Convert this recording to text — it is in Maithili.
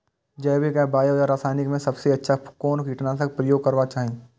जैविक या बायो या रासायनिक में सबसँ अच्छा कोन कीटनाशक क प्रयोग करबाक चाही?